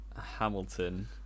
Hamilton